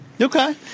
Okay